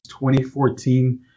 2014